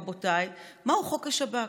רבותיי, מהו חוק השב"כ.